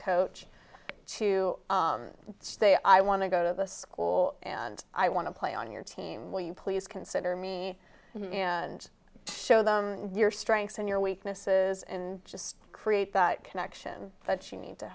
coach to say i want to go to the school and i want to play on your team will you please consider me and show them your strengths and your weaknesses and just create that connection that she need to